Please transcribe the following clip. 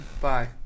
Bye